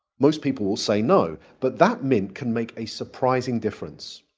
most people will say no. but that mint can make a surprising difference.